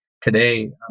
today